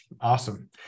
Awesome